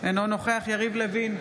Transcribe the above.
אינו נוכח יריב לוין,